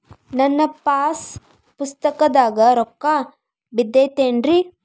ನನ್ನ ಪಾಸ್ ಪುಸ್ತಕದಾಗ ರೊಕ್ಕ ಬಿದ್ದೈತೇನ್ರಿ?